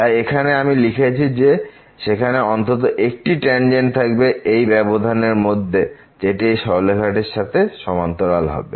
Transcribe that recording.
তাই এখানে আমি লিখেছি যে সেখানে অন্তত একটি ট্যানজেন্ট থাকবে এই ব্যবধান এর মধ্যে যেটি এই সরলরেখাটির সাথে সমান্তরাল হবে